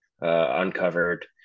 uncovered